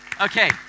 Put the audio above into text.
Okay